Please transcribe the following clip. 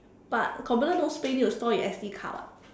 but computer no space need to store in S_D card [what]